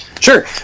Sure